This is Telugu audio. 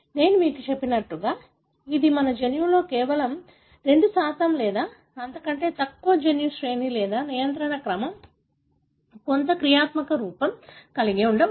నేను మీకు చెప్పినట్లుగా ఇది మన జన్యువులో కేవలం 2 లేదా అంతకంటే తక్కువ జన్యు శ్రేణి లేదా నియంత్రణ క్రమం కొంత క్రియాత్మక రూపం కలిగి ఉండవచ్చు